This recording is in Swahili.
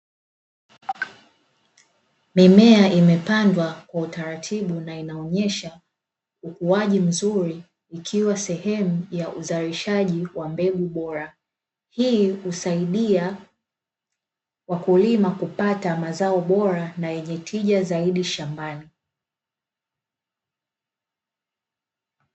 Mimea imepandwa kwa utaratibu na inaonyesha ukuaji mzuri ikiwa sehemu ya uzalishaji wa mbegu bora, hii husaidia wakulima kupata mazao bora na yenye tija zaidi shambani.